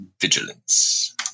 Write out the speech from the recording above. Vigilance